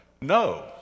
No